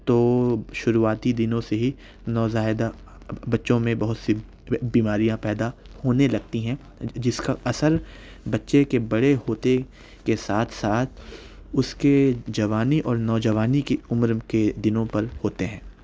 تو شروعاتی دِنوں سے ہی نوزائیدہ بچوں میں بہت سی بیماریاں پیدا ہونے لگتی ہیں جس کا اثر بچے کے بڑے ہوتے کے ساتھ ساتھ اُس کے جوانی اور نوجوانی کی عمر کے دنوں پر ہوتے ہیں